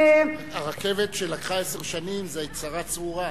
הרכבת שלקחה עשר שנים זה צרה צרורה,